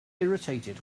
irritated